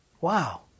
Wow